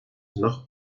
nach